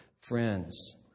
friends